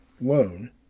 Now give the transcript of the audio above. loan